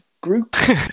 Group